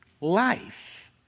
life